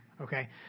okay